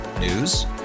News